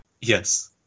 Yes